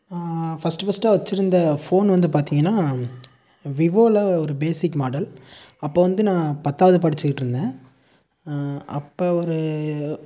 first ஃபர்ஸ்டாக வச்சிருந்த phone வந்து பார்த்தீங்கனா விவோவில் ஒரு பேசிக் மாடல் அப்போ வந்து நான் பத்தாவது படிச்சிகிட்டுருந்தன் அப்போ ஒரு